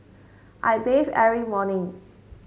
I bathe every morning